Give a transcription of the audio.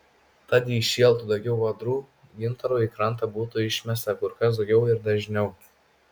tad jei šėltų daugiau audrų gintarų į krantą būtų išmesta kur kas daugiau ir dažniau